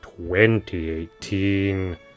2018